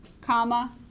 comma